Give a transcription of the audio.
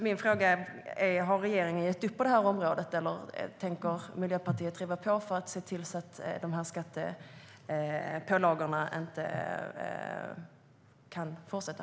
Min fråga är: Har regeringen gett upp på det här området, eller tänker Miljöpartiet driva på för att se till att de här pålagorna inte kan fortsätta?